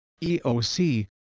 eoc